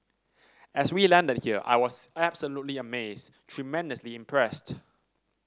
as we landed here I was absolutely amazed tremendously impressed